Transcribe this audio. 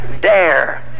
dare